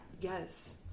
Yes